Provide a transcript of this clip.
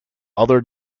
other